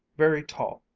very tall,